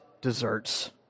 desserts